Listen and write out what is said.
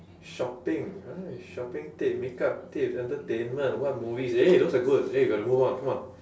shopping right shopping tip makeup tip entertainment what movies eh those are good eh we got to move on come on